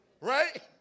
Right